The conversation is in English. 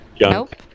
Nope